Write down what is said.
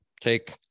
Take